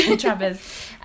Trappers